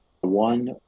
one